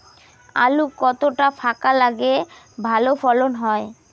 আলু কতটা ফাঁকা লাগে ভালো ফলন হয়?